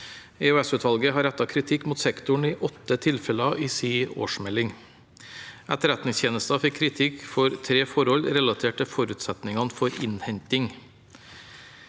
EOS-utvalget har rettet kritikk mot sektoren i åtte tilfeller i sin årsmelding. Etterretningstjenesten fikk kritikk for tre forhold relatert til forutsetningene for innhenting.